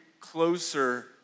closer